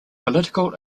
political